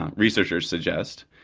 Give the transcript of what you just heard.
ah researchers suggest,